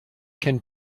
can